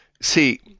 see